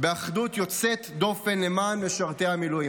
באחדות יוצאת דופן למען משרתי המילואים.